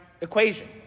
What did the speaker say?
equation